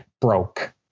broke